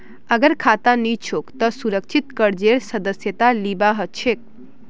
अगर खाता नी छोक त सुरक्षित कर्जेर सदस्यता लिबा हछेक